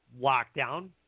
lockdown